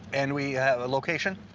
and we have a location?